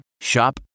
Shop